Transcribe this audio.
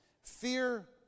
Fear